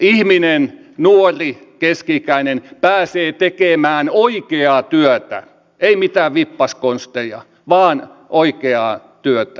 ihminen nuori keski ikäinen pääsee tekemään oikeaa työtä ei mitään vippaskonsteja vaan oikeaa työtä